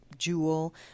jewel